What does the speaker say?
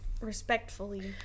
respectfully